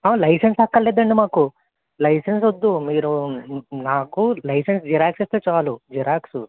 licence అక్కర్లేదండి మాకు licence వద్దు మీరు నాకు లైసెన్స్ జిరాక్స్ ఇస్తే చాలు జిరాక్సు